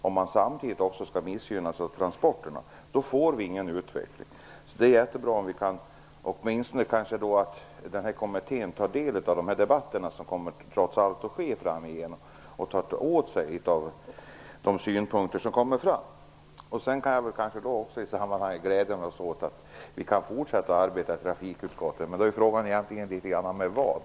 Om man samtidigt missgynnas av transporterna får vi ingen utveckling. Det är jättebra om den sittande kommittén kan ta del av den debatt som förs framöver och ta till sig de synpunkter som kommer fram. Jag kan i detta sammanhang säga att jag gläder mig åt att vi kan fortsätta att arbeta i trafikutskottet, men frågan är: Med vad?